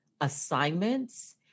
assignments